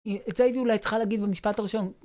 את זה הייתי אולי צריכה להגיד במשפט הראשון,